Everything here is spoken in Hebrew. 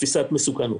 תפיסת מסוכנות,